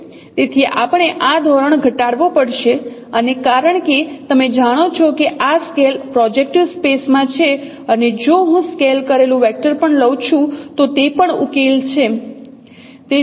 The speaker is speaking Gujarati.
તેથી આપણે આ ધોરણ ઘટાડવો પડશે અને કારણ કે તમે જાણો છો કે આ ઉકેલ પ્રોજેક્ટીવ સ્પેસ માં છે અને જો હું સ્કેલ કરેલું વેક્ટર પણ લઉ છું તો તે પણ ઉકેલ છે